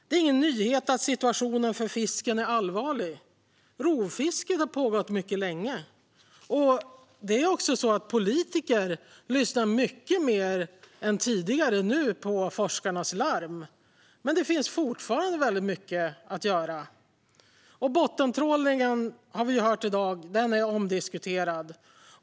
Det är ingen nyhet att situationen för fisken är allvarlig. Rovfisket har pågått mycket länge. Politiker lyssnar mer nu än tidigare till forskarnas larm. Men det finns fortfarande mycket att göra. Bottentrålningen är, som vi har hört i dag, omdiskuterad.